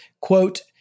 quote